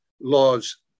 laws